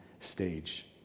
stage